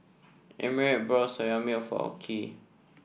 Emmitt bought Soya Milk for Okey